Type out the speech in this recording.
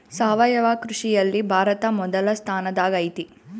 ಸಾವಯವ ಕೃಷಿಯಲ್ಲಿ ಭಾರತ ಮೊದಲ ಸ್ಥಾನದಾಗ್ ಐತಿ